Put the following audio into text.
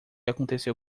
aconteceu